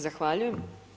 Zahvaljujem.